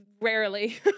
rarely